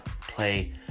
play